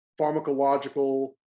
pharmacological